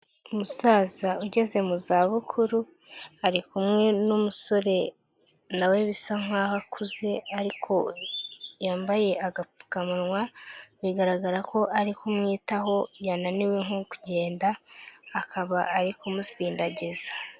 Umusaza ugeze mu za bukuru ari kumwe n'umusore nawe bisa nkaho akuze ariko yambaye agapfukamunwa. Bigaragara ko ari kumwitaho yananiwe nko kugenda, akaba ari kumusindagiza.